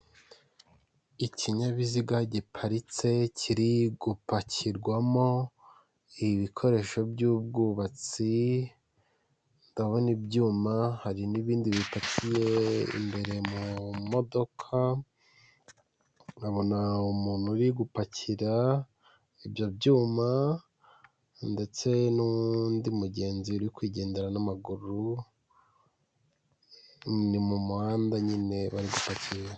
Ikinyabiziga giparitse kiri gupakirwamo ibikoresho by'ubwubatsi ndabona ibyuma hari n'ibindi bipakiye imbere mu modoka, nkabona umuntu uri gupakira ibyo byuma ndetse n'undi mugenzi uri kwigendera n'amaguru, ni mu muhanda nyine bari gupakirira.